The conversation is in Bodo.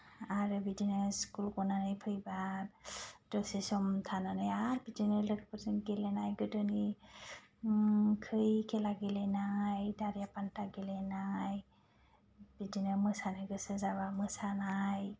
आरो बिदिनो स्कुल गनानै फैबा दसे सम थानानै आरो बिदिनो लोगोफोरजों गेलेनाय गोदोनि ओम खै खेला गेलेनाय दारिया पान्ता गेलेनाय बिदिनो मोसानो गोसो जाबा मोसानाय